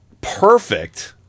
perfect